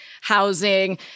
housing